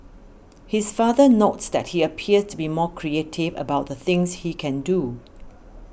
his father notes that he appears to be more creative about the things he can do